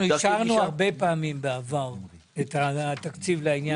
אנחנו אישרנו הרבה פעמים בעבר את התקציב לעניין הזה.